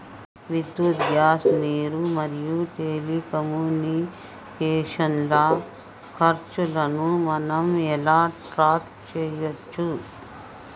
విద్యుత్ గ్యాస్ నీరు మరియు టెలికమ్యూనికేషన్ల ఖర్చులను మనం ఎలా ట్రాక్ చేయచ్చు?